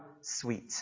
sweet